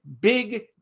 big